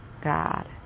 God